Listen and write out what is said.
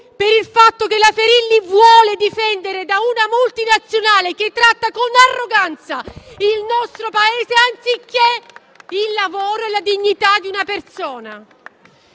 per il fatto che la Ferilli vuole difendere da una multinazionale che tratta con arroganza il nostro Paese che non per il lavoro e la dignità di una persona.